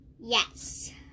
Yes